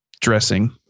dressing